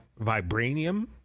vibranium